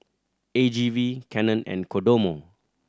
A G V Canon and Kodomo